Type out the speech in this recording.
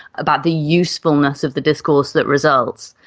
about the usefulness of the discourse that results.